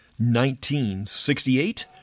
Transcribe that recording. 1968